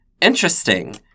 interesting